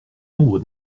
nombre